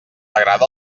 agrada